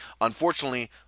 unfortunately